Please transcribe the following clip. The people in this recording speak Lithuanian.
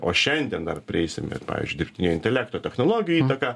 o šiandien dar prieisim ir pavyzdžiui dirbtinio intelekto technologijų įtaką